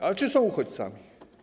Ale czy są uchodźcami?